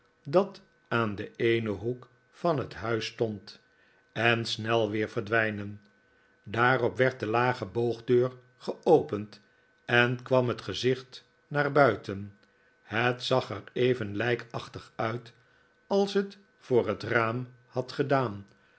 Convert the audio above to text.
dat aan den eenen hoek van het huis stond en snel weer verdwijnen daarop werd de lage boogdeur geopend en kwam het gezicht naar buiten het zag er even lijkachtig uit als het voor het raam had gedaari